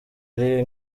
ari